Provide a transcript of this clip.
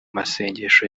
masengesho